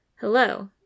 Hello